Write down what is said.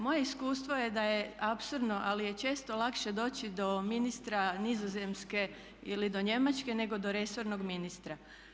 Moje iskustvo je da je apsurdno ali je često lakše doći do ministra Nizozemske ili do Njemačke nego do resornog ministra.